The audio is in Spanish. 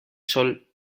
sol